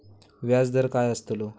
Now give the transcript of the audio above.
व्याज दर काय आस्तलो?